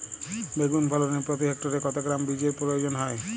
বেগুন ফলনে প্রতি হেক্টরে কত গ্রাম বীজের প্রয়োজন হয়?